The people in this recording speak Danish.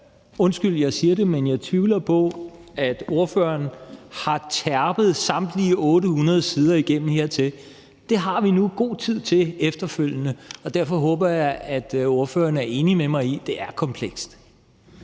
undskyld, jeg siger det, men jeg tvivler på, at ordføreren har terpet samtlige 800 sider igennem hertil. Det har vi nu god tid til efterfølgende, og derfor håber jeg, at ordføreren er enig med mig i, at det er komplekst.